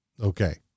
Okay